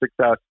Success